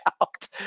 out